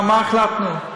מה החלטנו?